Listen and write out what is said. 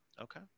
okay